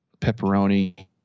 pepperoni